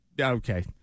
Okay